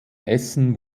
essen